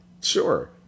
Sure